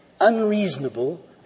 unreasonable